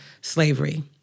slavery